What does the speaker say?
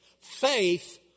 Faith